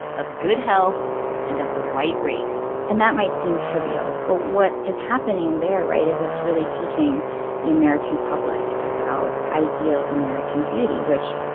of good health and of the white race. and that might seem trivial. but what is happening there, right, is it's really teaching the american public about ideal american beauty, which,